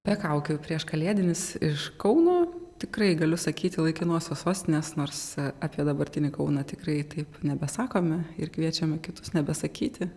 be kaukių prieškalėdinis iš kauno tikrai galiu sakyti laikinosios sostinės nors apie dabartinį kauną tikrai taip nebesakome ir kviečiame kitus nebesakyti